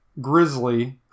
grizzly